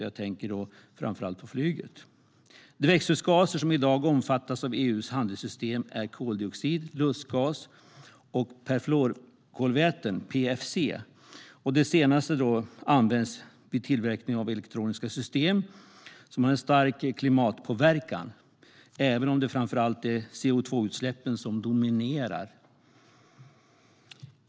Jag tänker då framför allt på flyget. De växthusgaser som i dag omfattas av EU:s handelssystem är koldioxid, lustgas och perfluorkolväten, PFC. Det senare används vid tillverkning av elektroniska system och har en stark klimatpåverkan, även om det framför allt är CO2-utsläppen som dominerar.